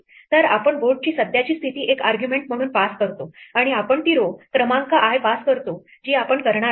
तर आपण बोर्डची सध्याची स्थिती एक आर्ग्युमेंट म्हणून पास करतो आणि आपण ती row क्रमांक i पास करतो जी आपण करणार आहोत